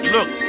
Look